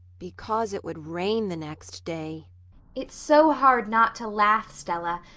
because it would rain the next day it's so hard not to laugh, stella.